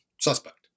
suspect